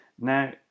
Now